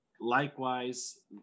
likewise